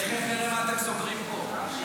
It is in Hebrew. תיכף נראה מה אתם סוגרים פה.